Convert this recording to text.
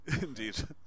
indeed